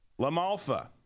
LaMalfa